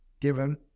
given